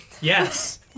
Yes